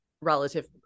relative